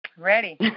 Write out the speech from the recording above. Ready